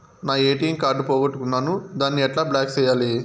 నా ATM card పోగొట్టుకున్నాను, దాన్ని ఎట్లా బ్లాక్ సేయాలి?